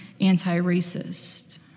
anti-racist